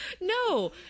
No